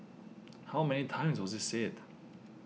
how many times was it said